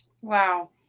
Wow